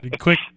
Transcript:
quick